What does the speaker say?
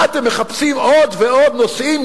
מה, אתם מחפשים עוד ועוד נושאים?